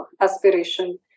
aspiration